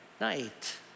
night